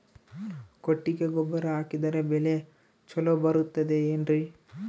ಕೊಟ್ಟಿಗೆ ಗೊಬ್ಬರ ಹಾಕಿದರೆ ಬೆಳೆ ಚೊಲೊ ಬರುತ್ತದೆ ಏನ್ರಿ?